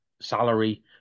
salary